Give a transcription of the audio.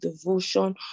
devotion